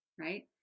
Right